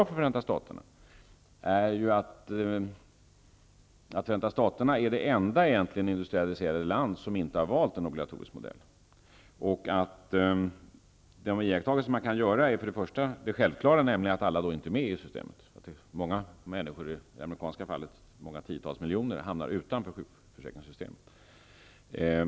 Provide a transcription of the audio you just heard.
Förenta Staterna är det enda industrialiserade land som inte har valt en obligatorisk modell. Man kan av detta dra några slutsatser. Man kan för det första göra den självklara iakttagelsen att inte alla är med i systemet. Många tiotals miljoner hamnar utanför sjukförsäkringssystemet.